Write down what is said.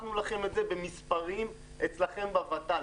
הוכחנו לכם את זה במספרים אצלכם בוות"ל.